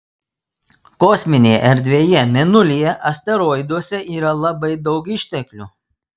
kosminėje erdvėje mėnulyje asteroiduose yra labai daug išteklių